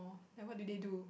then what do they do